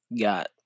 got